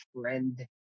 friend